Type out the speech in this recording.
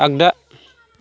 आग्दा